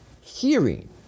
hearing